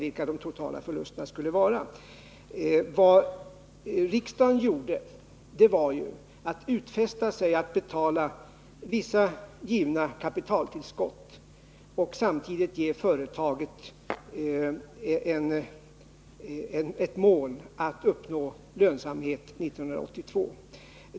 Vad riksdagen då gjorde var att utfästa sig att betala vissa givna kapitaltillskott och samtidigt ge företaget målet att uppnå lönsamhet 1982.